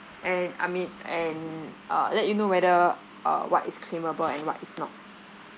and I mean and uh let you know whether uh what is claimable and what is not